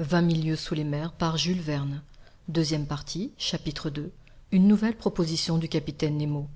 ii une nouvelle proposition du capitaine nemo